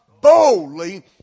boldly